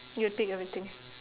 you take everything